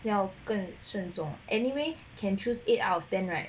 要更慎重 anyway can choose eight out of ten right